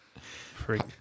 Freak